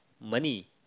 Money